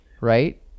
right